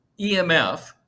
EMF